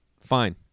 Fine